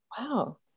wow